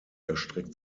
erstreckt